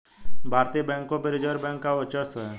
भारतीय बैंकों पर रिजर्व बैंक का वर्चस्व है